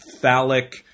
phallic